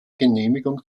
genehmigung